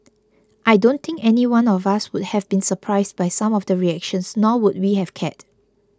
I don't think anyone of us would have been surprised by some of the reactions nor would we have cared